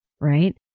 Right